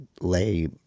lay